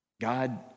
God